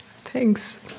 thanks